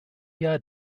jahr